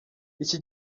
iki